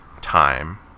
time